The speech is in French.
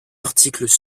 articles